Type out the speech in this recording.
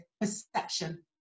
perception